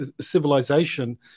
civilization